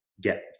get